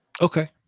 Okay